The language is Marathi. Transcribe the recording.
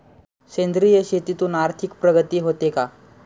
सेंद्रिय शेतीतून आर्थिक प्रगती होते का?